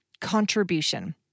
contribution